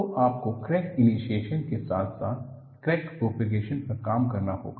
तो आपको crack initiation के साथ साथ क्रैक प्रॉपगेसन पर काम करना होगा